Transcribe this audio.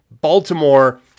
Baltimore